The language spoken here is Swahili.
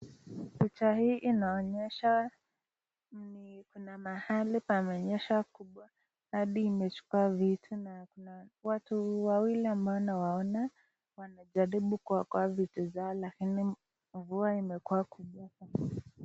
Picha hii inaonyesha kuna mahali pamenyesha mvua kubwa hadi imechukua vitu na kuna watu wawili ambao nawaona wanajaribu kuokoa vitu zao lakini mvua imekuwa kubwa sana.